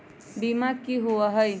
बीमा की होअ हई?